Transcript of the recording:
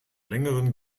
längeren